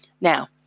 Now